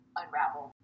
unravel